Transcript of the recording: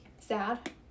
Sad